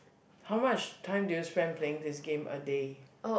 how much time do you spend playing this game a day